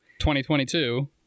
2022